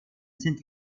sind